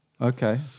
okay